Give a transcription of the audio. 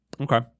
Okay